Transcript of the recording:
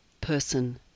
person